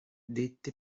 dette